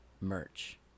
merch